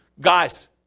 guys